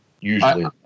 usually